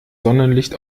sonnenlicht